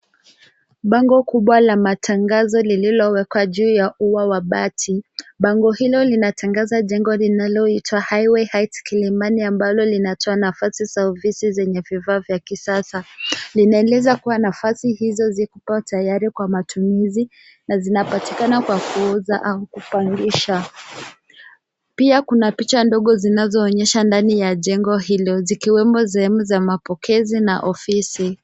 Bango kubwa la matangazo lililowekwa juu ya ua wa bati. Bango hilo linatengaza jengo linaloitwa Highway Heights Kilimani ambalo linatoa nafasi za ofisi zenye vifaa vya kisasa. Linaeleza kuwa nafasi hizo ziko tayari kwa matumizi na zinapatikana kwa kuuza au kupangisha. Pia kuna picha ndogo zinazoonyesha ndani ya jengo hilo zikiwemo sehemu za mapokezi na ofisi.